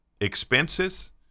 expenses